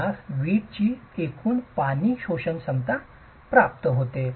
आपणास वीटची एकूण पाणी शोषण क्षमता प्राप्त होते